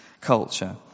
culture